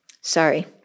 sorry